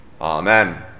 Amen